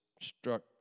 struck